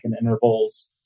intervals